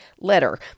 letter